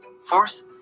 fourth